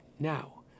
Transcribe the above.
Now